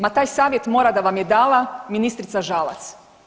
Ma taj savjet mora da vam je dala ministrica Žalac.